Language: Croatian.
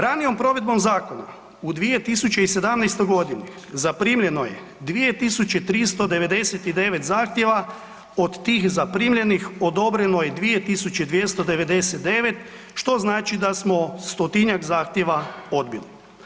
Ranijom provedbom zakona u 2017. g. zaprimljeno je 2399 zahtjeva, od tih zaprimljenih, odobreno je 2299, što znači da smo 100-tinjak zahtjeva odbili.